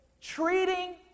treating